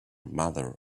mother